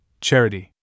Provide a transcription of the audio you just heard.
Charity